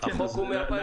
החוק מ-2019.